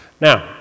Now